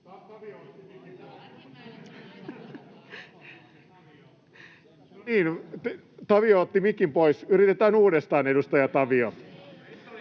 Tavio otti mikin pois. Yritetään uudestaan, edustaja Tavio.